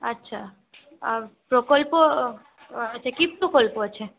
আচ্ছা প্রকল্প এটা কী প্রকল্প আছে